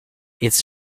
its